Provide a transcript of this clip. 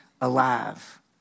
alive